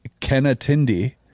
kenatindi